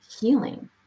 healing